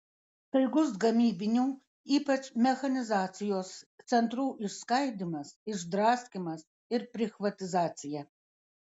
staigus gamybinių ypač mechanizacijos centrų išskaidymas išdraskymas ir prichvatizacija